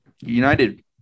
United